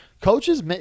Coaches